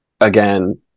again